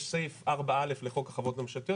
יש סעיף 4א' לחוק החברות הממשלתיות